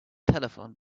telephone